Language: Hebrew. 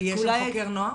ויש שם חוקר נוער?